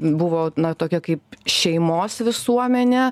buvo tokia kaip šeimos visuomenė